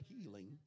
healing